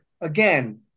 again